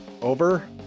over